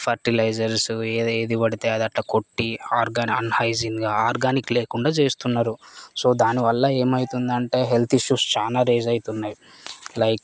fertilisers ఏది ఏది పడితే అదట్లా కొట్టి ఆర్గాన్ అన్హైజీన్గా ఆర్గానిక్ లేకుండా చేస్తున్నారు సో దానివల్ల ఏమయితుందంటే హెల్త్ ఇష్యూస్ చాలా రేజ్ అయితున్నయి లైక్